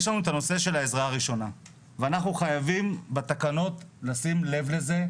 יש לנו את הנושא של העזרה הראשונה ואנחנו חייבים בתקנות לשים לב לזה,